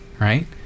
right